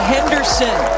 Henderson